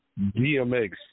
Dmx